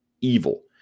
evil